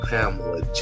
Pamela